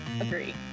agree